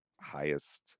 highest